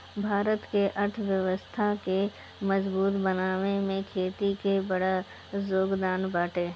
भारत के अर्थव्यवस्था के मजबूत बनावे में खेती के बड़ जोगदान बाटे